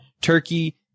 turkey